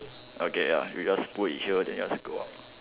okay ya we just put it here then just go out